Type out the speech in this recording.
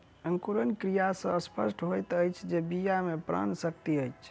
अंकुरण क्रिया सॅ स्पष्ट होइत अछि जे बीया मे प्राण शक्ति अछि